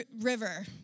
river